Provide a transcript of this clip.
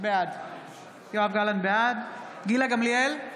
בעד גילה גמליאל,